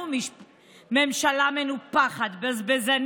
לנו יש קצת כבוד.